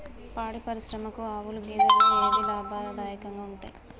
పాడి పరిశ్రమకు ఆవుల, గేదెల ఏవి లాభదాయకంగా ఉంటయ్?